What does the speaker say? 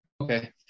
Okay